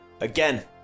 Again